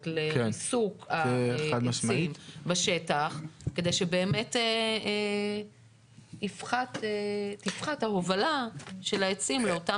לריסוק העצים בשטח כדי שבאמת תפחת ההובלה של העצים לאותם